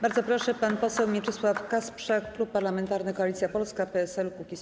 Bardzo proszę, pan poseł Mieczysław Kasprzak, Klub Parlamentarny Koalicja Polska - PSL - Kukiz15.